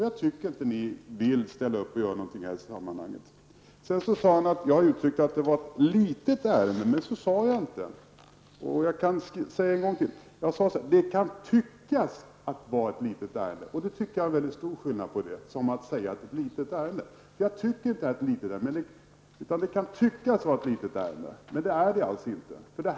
Jag tycker alltså inte att ni vill ställa upp och göra någonting i det här sammanhanget. Sedan sade Lars Ernestam att jag har uttryckt mig så, att det här var ett litet ärende. Men så sade jag inte. Jag sade att det kan tyckas att det är ett litet ärende, och det är en mycket stor skillnad mellan att säga detta och att säga att det är ett litet ärende. Jag tycker inte att det är ett litet ärende. Det kan tyckas vara ett litet ärende, men det är det alltså inte.